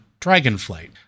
Dragonflight